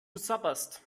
sabberst